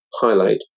highlight